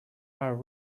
are